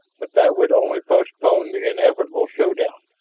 but that would only postpone the inevitable showdown.